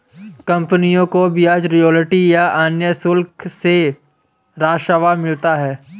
कंपनियों को ब्याज, रॉयल्टी या अन्य शुल्क से राजस्व मिलता है